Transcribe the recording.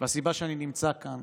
והסיבה שאני נמצא כאן